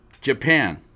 japan